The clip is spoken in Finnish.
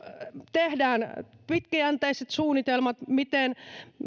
tehdään pitkäjänteiset suunnitelmat miten